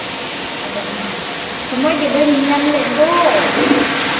ᱟᱫᱚ ᱢᱟ ᱥᱚᱢᱚᱭ ᱜᱮ ᱵᱟᱹᱧ ᱧᱟᱢ ᱞᱮᱫ ᱫᱚ